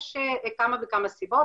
יש כמה וכמה סיבות.